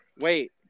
Wait